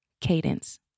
Cadence